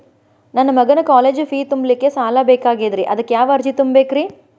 ನನ್ನ ಮಗನ college fee ತುಂಬಲಿಕ್ಕೆ ಸಾಲ ಬೇಕಾಗೆದ್ರಿ ಅದಕ್ಯಾವ ಅರ್ಜಿ ತುಂಬೇಕ್ರಿ?